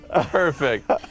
Perfect